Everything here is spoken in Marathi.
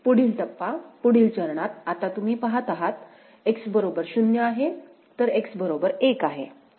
पुढील टप्पा पुढील चरणात आता तुम्ही पाहत आहात X बरोबर 0 आहे तर X बरोबर 1 आहे